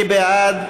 מי בעד?